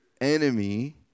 enemy